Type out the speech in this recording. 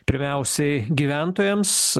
pirmiausiai gyventojams